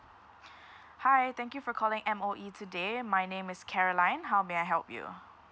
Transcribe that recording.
hi thank you for calling M_O_E today my name is caroline how may I help you